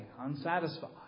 unsatisfied